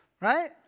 right